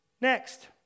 Next